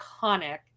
iconic